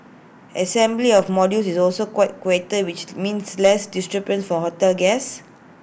assembly of the modules is also quieter which means less disturbance for hotel guests